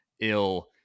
ill